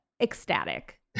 ecstatic